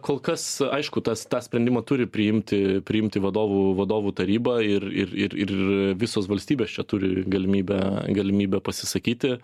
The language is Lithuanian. kolkas aišku tas tą sprendimą turi priimti priimti vadovų vadovų taryba ir ir ir ir visos valstybės čia turi galimybę galimybę pasisakyti